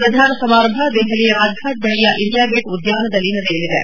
ಪ್ರಧಾನ ಸಮಾರಂಭ ದೆಹಲಿಯ ರಾಜ್ಫಾಟ್ ಬಳಿಯ ಇಂಡಿಯಾ ಗೇಟ್ ಉದ್ಯಾನದಲ್ಲಿ ನಡೆಯಲಿದೆ